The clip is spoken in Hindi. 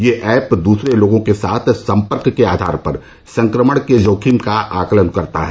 यह ऐप दूसरे लोगों के साथ सम्पर्क के आधार पर संक्रमण के जोखिम का आकलन करता है